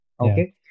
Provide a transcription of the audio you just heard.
Okay